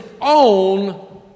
own